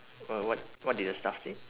uh what what did the staff say